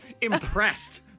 impressed